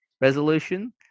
resolution